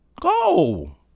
Go